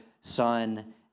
Son